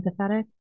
empathetic